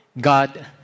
God